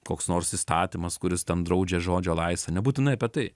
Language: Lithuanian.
koks nors įstatymas kuris ten draudžia žodžio laisvę nebūtinai apie tai